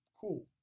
cool